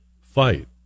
fight